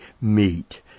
meet